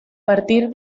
partir